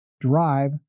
Drive